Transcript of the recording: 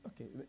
okay